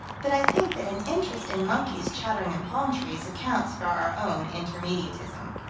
but i think that an interest in monkeys chattering in palm trees accounts for our own intermediatism.